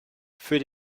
für